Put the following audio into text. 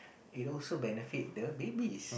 it also benefit the babies